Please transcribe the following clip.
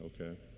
okay